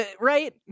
right